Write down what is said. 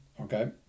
Okay